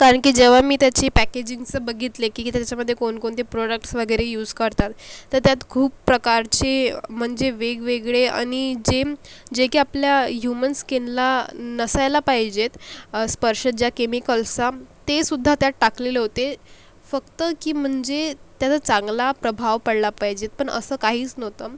कारण की जेव्हा मी त्याची पॅकेजिंगचं बघितले की की त्याच्यामध्ये कोणकोणते प्रोडक्ट्स वगैरे यूस करतात तर त्यात खूप प्रकारचे म्हणजे वेगवेगळे आणि जेम् जे की आपल्या ह्युमन स्कीनला नसायला पाहिजेत स्पर्श ज्या केमिकल्ससा ते सुद्धा त्यात टाकलेले होते फक्त की म्हणजे त्याचा चांगला प्रभाव पडला पाहिजे पण असं काहीस नव्हतं